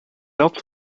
else